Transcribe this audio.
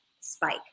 spike